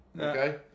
okay